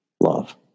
love